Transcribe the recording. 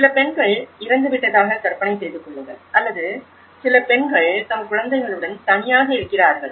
சில பெண்கள் இறந்துவிட்டதாக கற்பனை செய்து கொள்ளுங்கள் அல்லது சில பெண்கள் தம் குழந்தைகளுடன் தனியாக இருக்கிறார்கள்